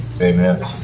amen